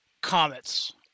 Comets